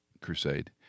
crusade